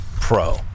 pro